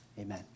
Amen